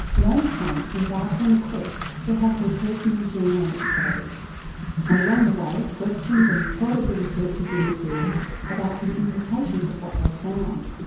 lone frank embarked on a quest to have her personal genome exposed and along the way questioned and prodded the researchers in the field about the implications of what they found.